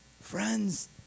Friends